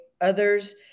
others